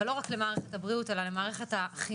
אבל לא רק למערכת הבריאות אלא גם למערכות החינוך,